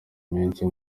menshi